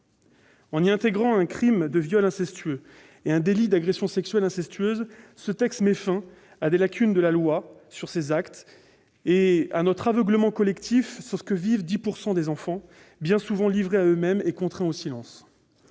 En y intégrant un crime de viol incestueux et un délit d'agression sexuelle incestueuse, ce texte met fin aux lacunes de la loi sur ces actes et à notre aveuglement collectif sur ce que vivent 10 % des enfants, bien souvent livrés à eux-mêmes et contraints au silence.